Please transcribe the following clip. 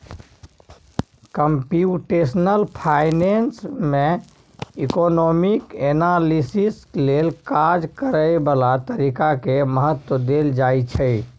computational finance में economic analysis लेल काज करए बला तरीका के महत्व देल जाइ छइ